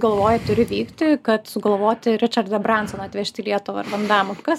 galvoj turi vykti kad sugalvoti ričardą brensoną atvežt į lietuvą ar van damą kas